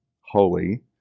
holy